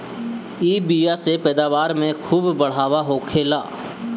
इ बिया से पैदावार में खूब बढ़ावा होखेला